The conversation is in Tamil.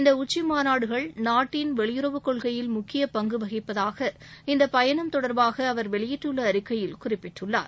இந்த உச்சிமாநாடுகள் நாட்டின் வெளியுறவுக்கொள்கையில் முக்கிய பங்கு வகிப்பதாக திரு நரேந்திர மோடி இந்த பயணம் தொடர்பாக அவர் வெளியிட்டுள்ள அறிக்கையில் குறிப்பிட்டுள்ளார்